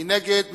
מי נגד?